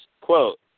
quote